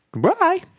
Goodbye